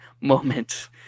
moment